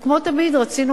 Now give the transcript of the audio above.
וכמו תמיד רצינו,